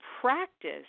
practice